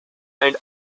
and